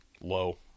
Low